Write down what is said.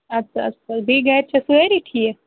اَدٕ سہ اَدٕ سہ بیٚیہِ گَرِ چھا سٲری ٹھیٖک